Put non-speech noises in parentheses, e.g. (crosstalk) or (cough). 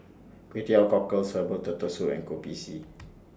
Kway Teow Cockles Herbal Turtle Soup and Kopi C (noise)